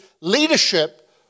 leadership